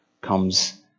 comes